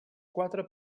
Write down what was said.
quatre